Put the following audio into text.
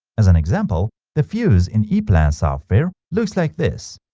as an example the fuse in eplan software looks like this